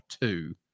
two